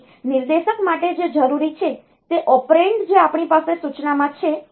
તેથી નિર્દેશક માટે જે જરૂરી છે તે ઓપરેન્ડ જે આપણી પાસે સૂચનામાં છે